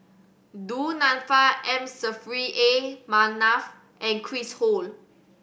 Du Nanfa M Saffri A Manaf and Chris Ho